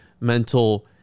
mental